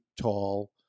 tall